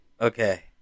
Okay